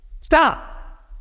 Stop